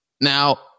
Now